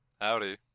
howdy